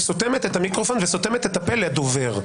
שסותמת את המיקרופון וסותמת את הפה לדובר.